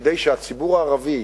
כדי שהציבור הערבי,